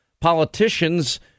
politicians